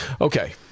Okay